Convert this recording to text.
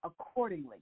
accordingly